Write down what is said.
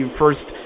first